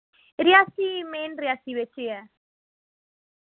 Reasi main Reasi बिच गै